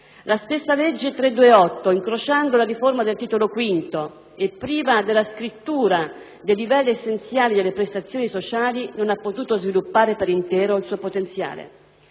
La stessa legge n. 328 del 2000, incrociando la riforma del Titolo V, e priva della scrittura dei livelli essenziali delle prestazioni sociali, non ha potuto sviluppare per intero il suo potenziale.